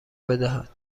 بدهد